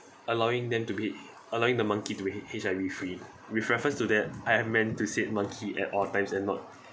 allowing them to be allowing the monkey to be H_I_V free with reference to that I have meant to say monkey at all times and not